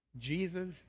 Jesus